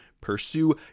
pursue